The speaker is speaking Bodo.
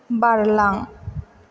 बारलां